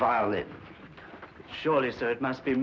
violet surely so it must be